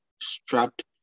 strapped